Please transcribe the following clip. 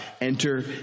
enter